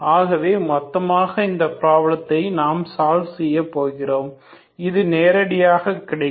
ஆகவே மொத்தமாக இந்த ப்ராப்ளத்தை நாம் சால்வ் செய்யப்போகிறோம் இது நேரடியாக கிடைக்கும்